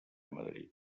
madrid